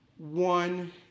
One